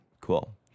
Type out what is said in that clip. Cool